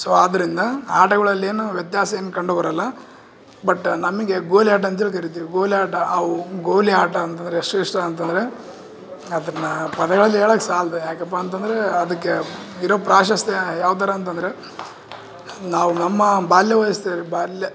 so ಆದ್ದರಿಂದ ಆಟಗುಳಲ್ಲಿ ಏನು ವ್ಯತ್ಯಾಸ ಏನೂ ಕಂಡು ಬರೋಲ್ಲ ಬಟ್ ನಮಗೆ ಗೋಲಿ ಆಟ ಅಂತೇಳಿ ಕರೀತೀವಿ ಗೋಲಿ ಆಟ ಅವು ಗೋಲಿ ಆಟ ಅಂತಂದರೆ ಎಷ್ಟು ಇಷ್ಟ ಅಂತಂದರೆ ಅದನ್ನು ಪದಗಳಲ್ಲಿ ಹೇಳಕ್ ಸಾಲದು ಯಾಕಪ್ಪ ಅಂತಂದರೆ ಅದಕ್ಕೆ ಇರೋ ಪ್ರಾಶಸ್ತ್ಯ ಯಾವ ಥರ ಅಂತಂದರೆ ನಾವು ನಮ್ಮ ಬಾಲ್ಯ ವಯಸ್ಸು ಬಾಲ್ಯ